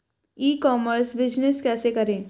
ई commerce business कैसे करें?